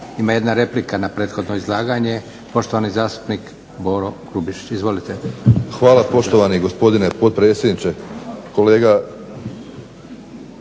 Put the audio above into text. ima jedna replika na prethodno izlaganje. Poštovani zastupnik Boro Grubišić. Izvolite. **Grubišić, Boro (HDSSB)** Hvala poštovani gospodine potpredsjedniče. Kolega